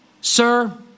Sir